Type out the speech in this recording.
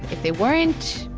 if they weren't,